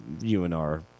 UNR